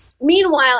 Meanwhile